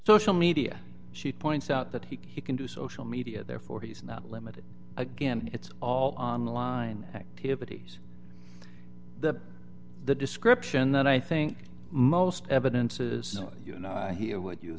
social media she points out that he he can do social media therefore he's not limited again it's all online activities the the description that i think most evidences you know i hear what you're